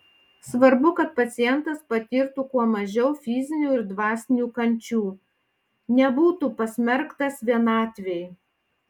svarbu kad pacientas patirtų kuo mažiau fizinių ir dvasinių kančių nebūtų pasmerktas vienatvei